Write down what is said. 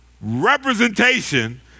representation